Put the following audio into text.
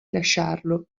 lasciarlo